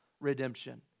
redemption